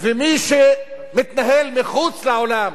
ומי מתנהל מחוץ לעולם,